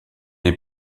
les